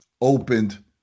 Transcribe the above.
opened